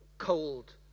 Cold